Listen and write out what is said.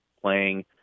playing